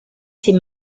ses